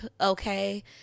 okay